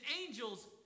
angels